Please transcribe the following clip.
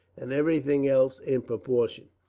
and everything else in proportion.